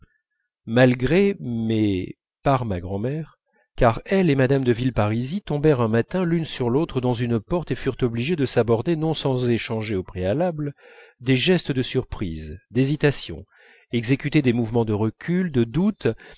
malgré mais par ma grand'mère car elle et mme de villeparisis tombèrent un matin l'une sur l'autre dans une porte et furent obligées de s'aborder non sans échanger au préalable des gestes de surprise d'hésitation exécuter des mouvements de recul de doute